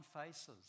faces